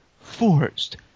forced